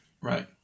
Right